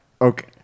Okay